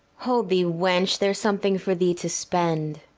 hold thee, wench, there's something for thee to spend.